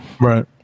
Right